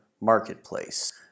marketplace